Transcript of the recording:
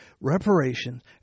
reparations